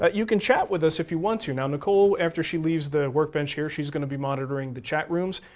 ah you can chat with us if you want to. now, nicole, after she leaves the work bench here, she's going to be monitoring the chat rooms,